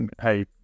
hey